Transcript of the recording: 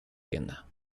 tienda